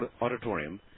Auditorium